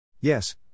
Yes